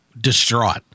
distraught